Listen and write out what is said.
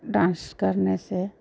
dance करने से